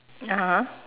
(uh huh)